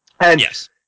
Yes